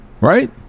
Right